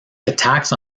attacks